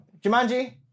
Jumanji